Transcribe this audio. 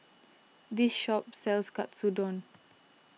this shop sells Katsudon